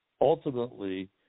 ultimately